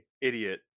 idiot